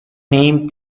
named